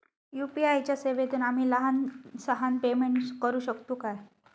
UPI च्या सेवेतून आम्ही लहान सहान पेमेंट करू शकतू काय?